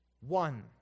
One